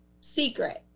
secret